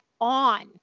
on